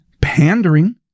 pandering